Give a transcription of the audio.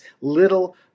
little